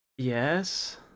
yes